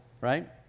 right